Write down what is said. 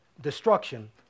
destruction